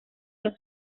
los